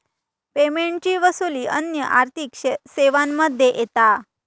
पेमेंटची वसूली अन्य आर्थिक सेवांमध्ये येता